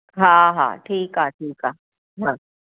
हा हा ठीकु आहे ठीकु आहे हा